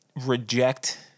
reject